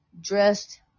Dressed